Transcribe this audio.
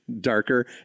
darker